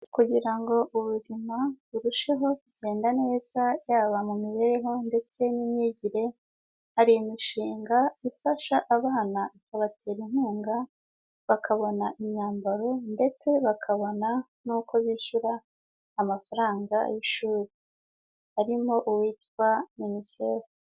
Kugira ngo ubuzima burusheho kugenda neza yaba mu mibereho ndetse n'imyigire, hari imishinga ifasha abana ikabatera inkunga, bakabona imyambaro ndetse bakabona n'uko bishyura amafaranga y'ishuri, harimo uwitwa UNICEF.